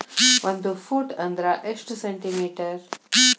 ಒಂದು ಫೂಟ್ ಅಂದ್ರ ಎಷ್ಟು ಸೆಂಟಿ ಮೇಟರ್?